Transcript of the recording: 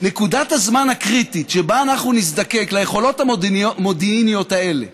נקודת הזמן הקריטית שבה אנחנו נזדקק ליכולות המודיעיניות האלה